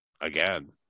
again